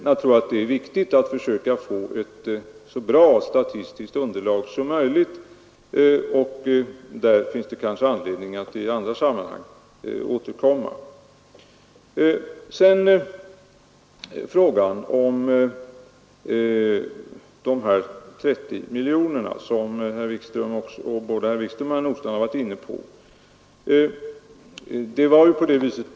Jag tror att det är viktigt att försöka få ett så bra statistiskt underlag som möjligt, och därvidlag finns det kanske anledning att återkomma i andra sammanhang. Både herr Wikström och herr Nordstrandh var inne på frågan om de 30 miljonerna.